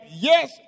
yes